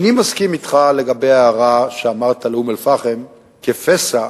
איני מסכים אתך לגבי ההערה שאמרת על אום-אל-פחם: כפסע